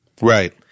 Right